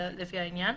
לפי העניין,